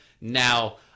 now